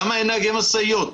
למה אין נהגי משאיות?